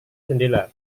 jendela